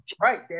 right